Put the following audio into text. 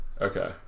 Okay